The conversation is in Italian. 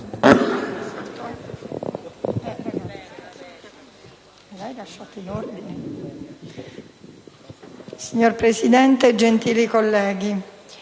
Signor Presidente, gentili colleghi,